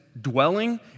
dwelling